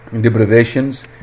deprivations